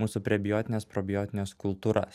mūsų priebiotines probiotines kultūras